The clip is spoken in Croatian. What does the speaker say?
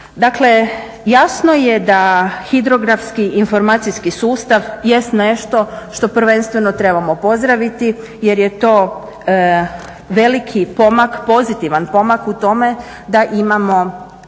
Dakle jasno je da hidrografski informacijski sustav jest nešto što prvenstveno trebamo pozdraviti jel je to veliki pomak, pozitivan pomak u tome da imamo